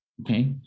Okay